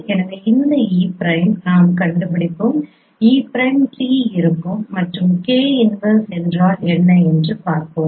எனவே இந்த e prime நாம் கண்டுபிடிப்போம் e பிரைம் t இருக்கும் மற்றும் கே இன்வெர்ஸ் என்றால் என்ன என்று பார்ப்போம்